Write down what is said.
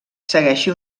segueixi